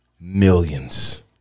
Millions